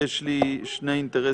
חבר הכנסת סמוטריץ', יש לי שני אינטרסים.